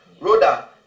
Rhoda